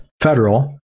federal